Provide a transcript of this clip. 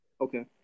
Okay